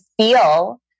feel